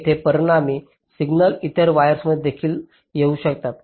इतर आणि परिणामी सिग्नल इतर वायरमध्ये देखील येऊ शकतो